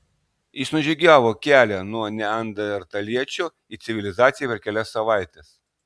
jis nužygiavo kelią nuo neandertaliečio į civilizaciją per kelias savaites